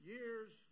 years